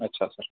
अच्छा सर